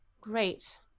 great